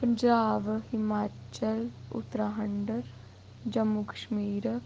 Punjab Himachal Uttarakhand Jammu Kashmir